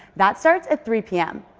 that starts at three p m.